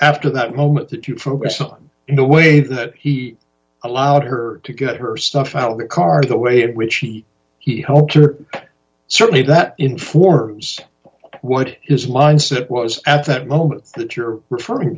after that moment that you focus on the way that he allowed her to get her stuff out the car the way in which he hoped or certainly that informs what his mindset was at that moment that you're referring